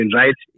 right